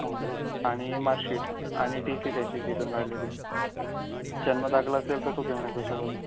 हं आणि मार्कशीट आणि टी सी त्याची तिथून काढलेली जन्मदाखला असेल तर तो घेऊन यायचा सोबत